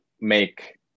make